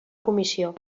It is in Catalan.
comissió